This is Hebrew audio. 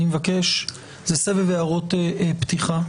זה סבב הערות פתיחה.